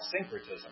syncretism